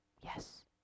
Yes